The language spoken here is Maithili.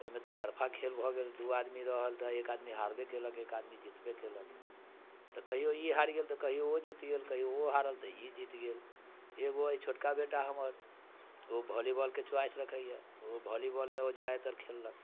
ओहिमे दूतरफा खेल भऽ गेल दू आदमी रहल तऽ एक आदमी हारबे कयलक एक आदमी जीतबे कयलक तऽ कहियो ई हारि गेल तऽ कहियो ओ जीत गेल तऽ कहियो ओ हारल तऽ ई जीत गेल एगो अइ छोटका बेटा हमर ओ भॉली बॉलके च्वाइस रखैए तऽ ओ वाली बॉलमे ओ ज्यादातर खेललक